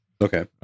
Okay